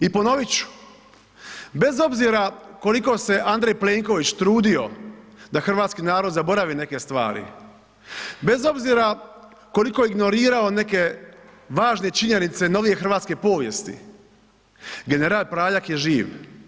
I ponovit ću, bez obzira koliko se Andrej Plenković trudio da hrvatski narod zaboravi neke stvari, bez obzira koliko ignorirao neke važne činjenice novije hrvatske povijest, general Praljak je živ.